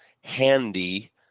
handy